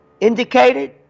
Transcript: indicated